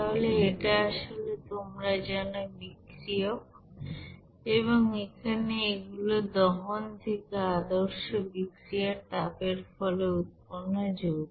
তাহলে এটা আসলে তোমরা জানো বিক্রিয়ক এবং এখানে এগুলো দহন থেকে আদর্শ বিক্রিয়ায় তাপের ফলে উৎপন্ন যৌগ